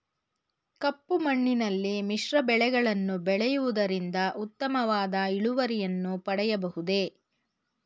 ಕಪ್ಪು ಮಣ್ಣಿನಲ್ಲಿ ಮಿಶ್ರ ಬೆಳೆಗಳನ್ನು ಬೆಳೆಯುವುದರಿಂದ ಉತ್ತಮವಾದ ಇಳುವರಿಯನ್ನು ಪಡೆಯಬಹುದೇ?